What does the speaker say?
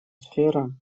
сфера